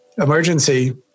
emergency